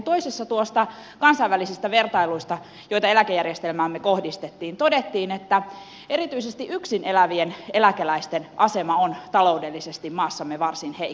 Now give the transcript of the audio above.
toisessa noista kansainvälisistä vertailuista joita eläkejärjestelmäämme kohdistettiin todettiin että erityisesti yksin elävien eläkeläisten asema on taloudellisesti maassamme varsin heikko